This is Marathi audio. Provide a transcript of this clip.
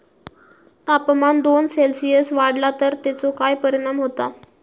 तापमान दोन सेल्सिअस वाढला तर तेचो काय परिणाम होता?